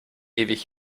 ewig